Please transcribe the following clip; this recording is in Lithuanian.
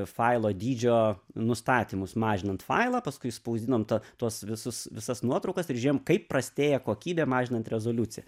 failo dydžio nustatymus mažinant failą paskui spausdinom tą tuos visus visas nuotraukas ir žiūrėjom kaip prastėja kokybė mažinant rezoliuciją